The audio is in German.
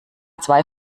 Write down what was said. zwei